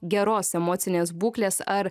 geros emocinės būklės ar